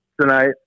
tonight